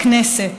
בכנסת,